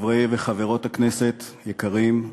חברי וחברות הכנסת היקרים,